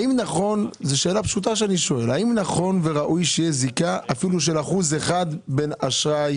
האם נכון וראוי שתהיה זיקה אפילו של אחוז בין חברת